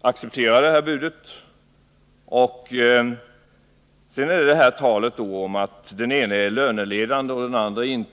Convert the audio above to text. acceptera det bud som lades fram. Det talas också om att den ene är löneledande och den andre inte.